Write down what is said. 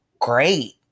great